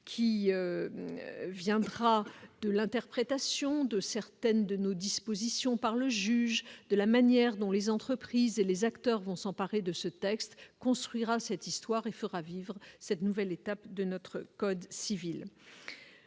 qui viendra de l'interprétation de certaines de nos dispositions par le juge de la manière dont les entreprises et les acteurs vont s'emparer de ce texte construira cette histoire et fera vivre cette nouvelle étape de notre code civil,